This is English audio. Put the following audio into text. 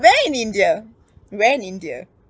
where in india when in india